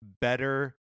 better